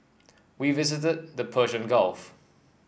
we visited the Persian Gulf